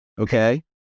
okay